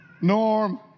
norm